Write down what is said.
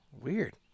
Weird